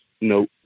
no